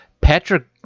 Patrick